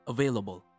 Available